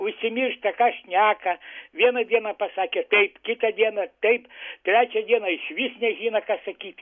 užsimiršta ką šneka vieną dieną pasakė taip kita diena taip trečią dieną iš vis nežino ką sakyt